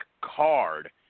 card